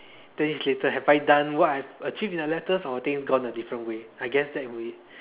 ten years later have I done what I've achieve in the letters or things gone a different way I guess that way